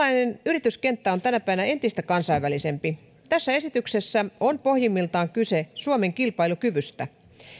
yrityskenttä on tänä päivänä entistä kansainvälisempi tässä esityksessä on pohjimmiltaan kyse suomen kilpailukyvystä